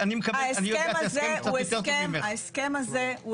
ההסכם הזה,